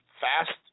fast